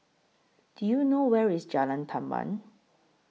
Do YOU know Where IS Jalan Tamban